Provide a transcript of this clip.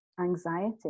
anxiety